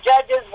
judges